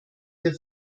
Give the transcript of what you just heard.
der